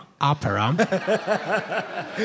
Opera